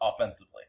offensively